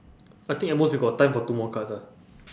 I think at most we got time for two more cards ah